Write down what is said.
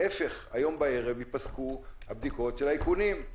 להפך, היום בערב ייפסקו הבדיקות של האיכונים.